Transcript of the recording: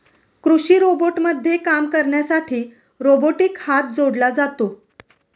कृषी रोबोटमध्ये काम करण्यासाठी रोबोटिक हात जोडला जातो